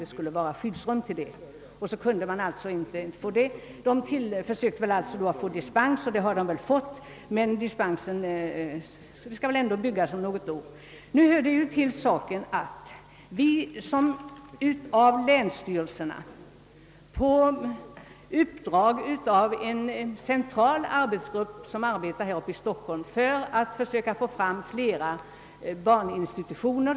Man sökte dispens från denna skyldighet, och det har man fått. Emellertid gäller väl sådan dispens bara något år; sedan måste man nog ändå bygga skyddsrummet. Nu hör det till saken att det här uppe i Stockholm finns en central arbetsgrupp som har i uppdrag att försöka åstadkomma fler barninstitutioner.